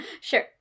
sure